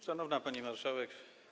Szanowna Pani Marszałek!